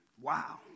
Wow